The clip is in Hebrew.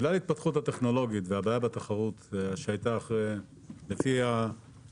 בגלל ההתפתחות הטכנולוגית והבעיה בתחרות לפי דוח